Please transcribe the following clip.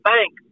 Bank